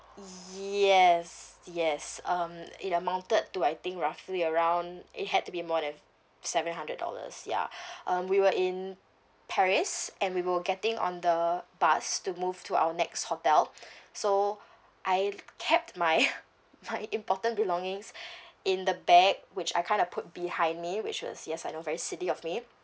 yes yes um it amounted to I think roughly around it had to be more than seven hundred dollars ya um we were in paris and we were getting on the bus to move to our next hotel so I kept my my important belongings in the bag which I kind of put behind me which was yes I know very silly of me